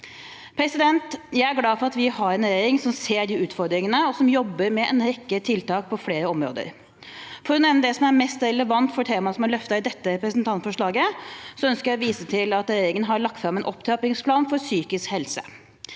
Jeg er glad for at vi har en regjering som ser de utfordringene, og som jobber med en rekke tiltak på flere områder. For å nevne det som er mest relevant for tema et som er løftet i dette representantforslaget, ønsker jeg å vise til at regjeringen har lagt fram en opptrappingsplan for psykisk helse.